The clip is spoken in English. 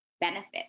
benefit